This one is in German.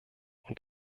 und